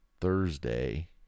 Thursday